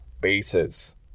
bases